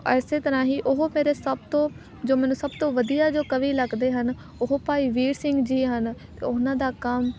ਇਸ ਤਰ੍ਹਾਂ ਹੀ ਉਹ ਮੇਰੇ ਸਭ ਤੋਂ ਜੋ ਮੈਨੂੰ ਸਭ ਤੋਂ ਵਧੀਆ ਜੋ ਕਵੀ ਲੱਗਦੇ ਹਨ ਉਹ ਭਾਈ ਵੀਰ ਸਿੰਘ ਜੀ ਹਨ ਅਤੇ ਉਹਨਾਂ ਦਾ ਕੰਮ